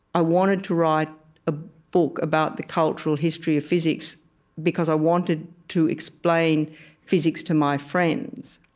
i wanted to write a book about the cultural history of physics because i wanted to explain physics to my friends.